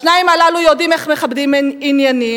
השניים הללו יודעים איך מכבדים עניינים.